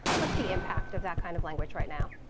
what's the impact of that kind of language right now?